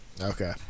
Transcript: Okay